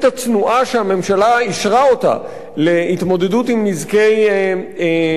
אישרה להתמודדות עם נזקי זיהומים בים,